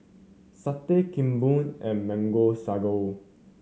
satay Kuih Bom and Mango Sago